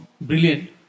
Brilliant